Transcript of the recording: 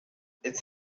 its